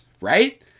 right